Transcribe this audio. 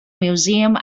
museum